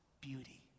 beauty